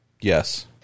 Yes